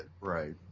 Right